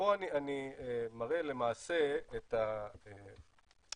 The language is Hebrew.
פה אני מראה למעשה את הגדלים,